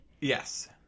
Yes